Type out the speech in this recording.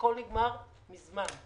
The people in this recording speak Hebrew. הכול נגמר מזמן.